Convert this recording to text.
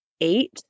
eight